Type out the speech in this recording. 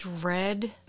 Dread